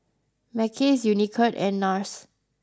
Mackays Unicurd and Nars